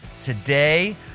today